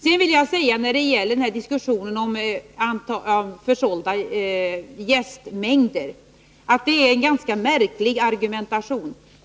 Jag vill sedan när det gäller diskussionen om antalet försålda jästmängder säga att det i detta sammanhang förs en ganska märklig argumentation.